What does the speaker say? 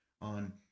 on